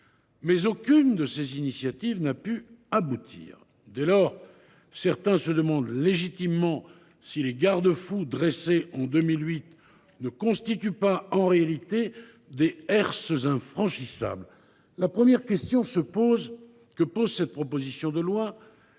Mais aucune de ces initiatives n’a pu aboutir. Dès lors, certains se demandent légitimement si les garde fous dressés en 2008 ne constituent pas, en réalité, des herses infranchissables. La première question que pose la présente proposition de loi